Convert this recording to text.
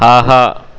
ஆஹா